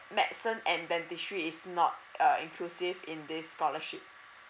medicine and dentistry is not uh inclusive in this scholarship